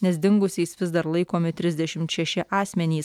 nes dingusiais vis dar laikomi trisdešimt šeši asmenys